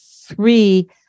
three